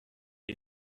qui